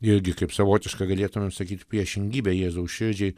irgi kaip savotišką galėtume sakyti priešingybę jėzaus širdžiai